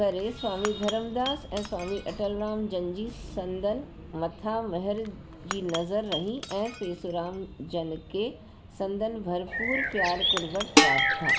करे स्वामी धरमदास ऐं स्वामी अटलराम जन जी संदन मथां महिर जी नज़र रही ऐं पेसुराम जन के संदन भरपूरु प्यारु कुर्ब प्राप्त था